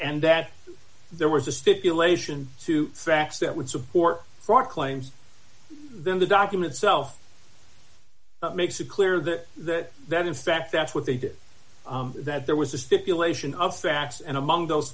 and that there was a stipulation to facts that would support fraud claims then the documents so that makes it clear that that that in fact that's what they did that there was a stipulation of facts and among those